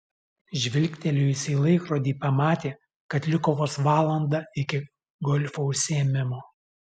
žvilgtelėjusi į laikrodį pamatė kad liko vos valanda iki golfo užsiėmimo